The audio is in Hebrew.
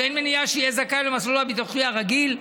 שאין מניעה שיהיה זכאי למסלול הביטוחי הרגיל,